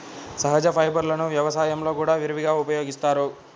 సహజ ఫైబర్లను వ్యవసాయంలో కూడా విరివిగా ఉపయోగిస్తారు